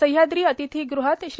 सह्याद्री अतिथीगृहात श्री